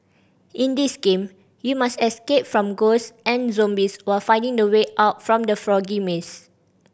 in this game you must escape from ghost and zombies while finding the way out from the foggy maze